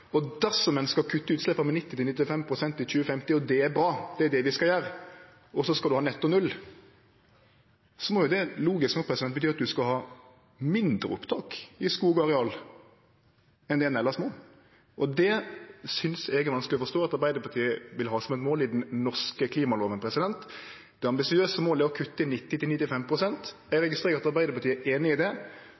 Dersom ein skal kutte utsleppa med 90–95 pst. i 2050 – og det er bra, det er det vi skal gjere – og så skal ein ha netto null, må jo det logisk nok bety at ein skal ha mindre opptak i skogareal enn det ein elles må. Det synest eg er vanskeleg å forstå at Arbeidarpartiet vil ha som eit mål i den norske klimalova. Det ambisiøse målet er å kutte 90–95 pst. Eg registrerer at Arbeidarpartiet er einig i det,